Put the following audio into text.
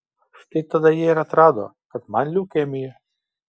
štai tada jie ir atrado kad man leukemija